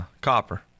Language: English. copper